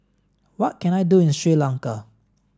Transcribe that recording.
what can I do in Sri Lanka